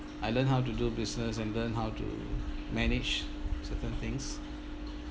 I learned how to do business and learn how to manage certain things